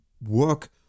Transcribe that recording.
work